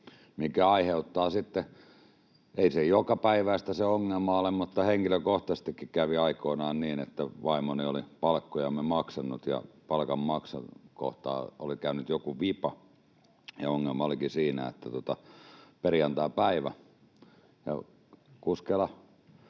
mikä aiheuttaa sitten... Ei se ongelma jokapäiväinen ole, mutta henkilökohtaisestikin kävi aikoinaan niin, että vaimoni oli palkkojamme maksanut ja palkanmaksukohdassa oli käynyt joku vipa. Ongelma olikin siinä, että oli perjantaipäivä ja kuskeilla